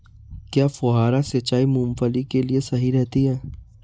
क्या फुहारा सिंचाई मूंगफली के लिए सही रहती है?